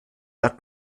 hat